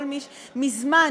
מזמן,